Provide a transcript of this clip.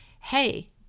hey